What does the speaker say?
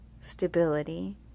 stability